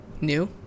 new